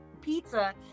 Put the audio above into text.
pizza